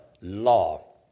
law